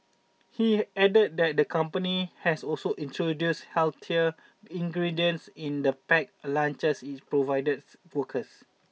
he added that the company has also introduced healthier ingredients in the packed lunches it provided workers